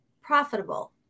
profitable